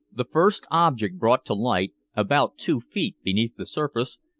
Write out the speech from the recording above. the first object brought to light, about two feet beneath the surface,